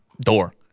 door